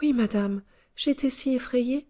oui madame j'étais si effrayée